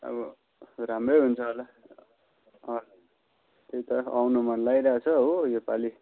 अब राम्रै हुन्छ होला त्यही त आउनु मन लागि रहेछ हो यो पाली